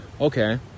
Okay